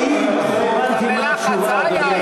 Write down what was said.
מה התשובה?